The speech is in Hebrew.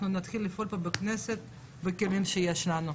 נתחיל לפעול פה בכנסת בכלים שיש לנו,